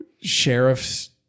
sheriff's